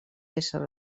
ésser